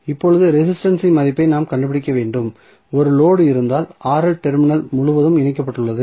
இப்போது ரெசிஸ்டன்ஸ் இன் மதிப்பை நாம் கண்டுபிடிக்க வேண்டும் ஒரு லோடு இருந்தால் டெர்மினல் முழுவதும் இணைக்கப்பட்டுள்ளது